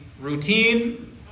routine